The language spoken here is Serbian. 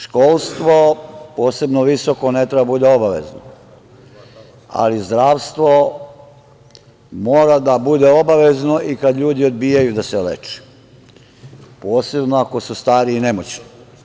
Školstvo, posebno visoko, ne treba da bude obavezno, ali zdravstvo, mora da bude obavezno i kada ljudi odbijaju da se leče, posebno ako su stari i nemoćni.